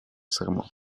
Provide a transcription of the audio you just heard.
serment